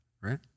right